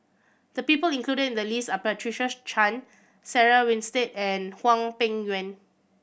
the people included in the list are Patricia Chan Sarah Winstedt and Hwang Peng Yuan